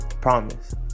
Promise